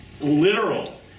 literal